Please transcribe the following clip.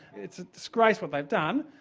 it's a disgrace what they've done,